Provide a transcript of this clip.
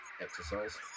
exercise